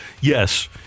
yes